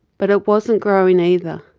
but it wasn't growing either.